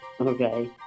Okay